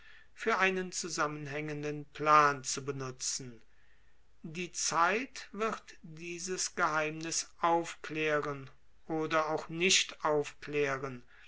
für einen zusammenhängenden plan zu benutzen die zeit wird dieses geheimnis aufklären oder auch nicht aufklären